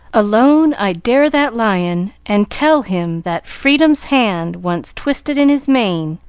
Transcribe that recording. alone i dare that lion, and tell him that freedom's hand once twisted in his mane,